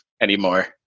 anymore